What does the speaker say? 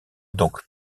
donc